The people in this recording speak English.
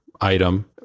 item